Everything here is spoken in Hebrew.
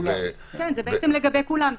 זה לגבי כולם.